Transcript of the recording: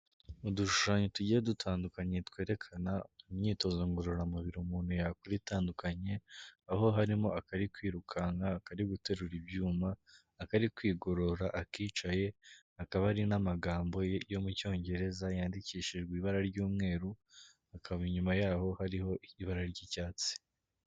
Mu dushushanyo tugiye dutandukanye twerekana imyitozo ngororamubiri umuntu yakora itandukanye aho harimo akari kwirukanka, akari guterura ibyuma, akari kwigorora, akicaye hakaba hari n'amagambo yo mu cyongereza yandikishijwe ibara ry'umweru, hakaba inyuma yaho hariho ibara ry'icyatsi.